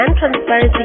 transparency